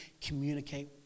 communicate